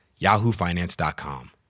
yahoofinance.com